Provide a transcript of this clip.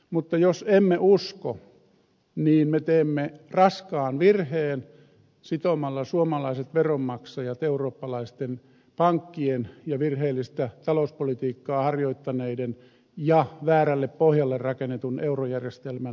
mutta jos emme usko niin me teemme raskaan virheen sitomalla suomalaiset veronmaksajat eurooppalaisten pankkien ja virheellistä talouspolitiikkaa harjoittaneiden ja väärälle pohjalle rakennetun eurojärjestelmän pelastamiseksi